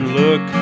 look